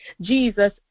Jesus